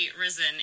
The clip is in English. risen